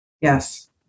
Yes